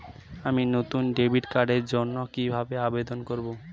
আমি নতুন ডেবিট কার্ডের জন্য কিভাবে আবেদন করব?